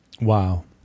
Wow